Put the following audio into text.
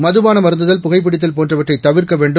மதுபானம்அருந்துதல் புகைபிடித்தல்போன்றவற்றைதவிர்க்கவேண்டும்